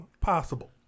possible